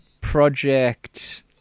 Project